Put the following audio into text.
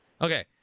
Okay